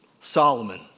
Solomon